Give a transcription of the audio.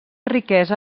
riquesa